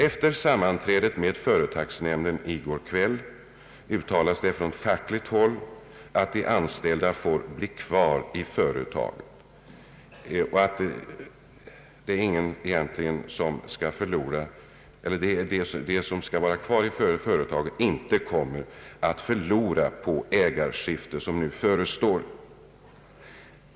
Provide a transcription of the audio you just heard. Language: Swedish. Efter sammanträdet med företagsnämnden i går kväll uttalades det från fackligt håll att de anställda får bli kvar i företaget och att de inte kommer att förlora på det ägarskifte som nu förestår.